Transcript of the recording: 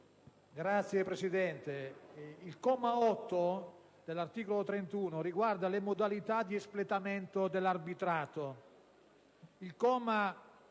Signor Presidente, al comma 9 dell'articolo 31, riguardante le modalità di espletamento dell'arbitrato,